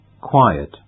Quiet